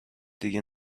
دیگه